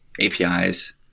APIs